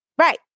Right